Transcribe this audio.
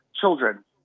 Children